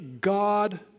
God